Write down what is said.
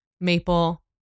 maple